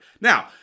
Now